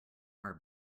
are